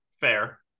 fair